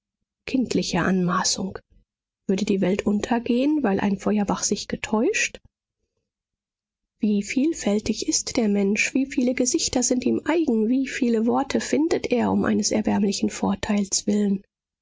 kindliche anmaßung würde die welt untergehen weil ein feuerbach sich getäuscht wie vielfältig ist der mensch wie viele gesichter sind ihm eigen wie viele worte findet er um eines erbärmlichen vorteils willen